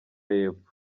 y’epfo